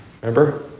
Remember